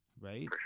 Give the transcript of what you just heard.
right